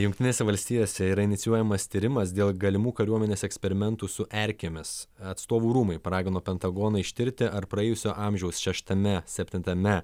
jungtinėse valstijose yra inicijuojamas tyrimas dėl galimų kariuomenės eksperimentų su erkėmis atstovų rūmai paragino pentagoną ištirti ar praėjusio amžiaus šeštame septintame